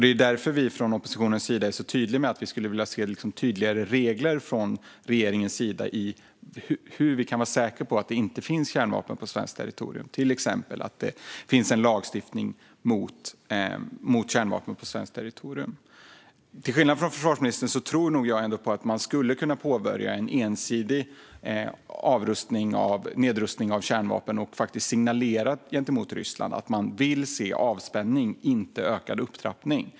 Det är därför vi från oppositionens sida är så tydliga med att vi skulle vilja se tydligare regler från regeringen för hur man kan vara säker på att det inte finns kärnvapen på svenskt territorium, till exempel genom lagstiftning mot kärnvapen här. Till skillnad från försvarsministern tror jag att man skulle kunna påbörja ensidig nedrustning av kärnvapen och faktiskt signalera gentemot Ryssland att man vill se avspänning, inte ökad upptrappning.